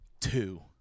two